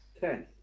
Ten